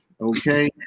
okay